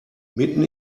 mitten